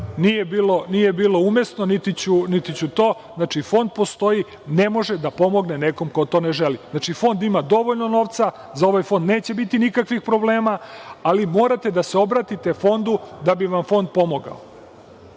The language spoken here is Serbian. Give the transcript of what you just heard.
nije bilo umesno. Znači, fond postoji, ali ne može da pomogne nekom ko to ne želi. Fond ima dovoljno novca, za ovaj fond neće biti nikakvih problema, ali morate da se obratite fondu da bi vam fond pomogao.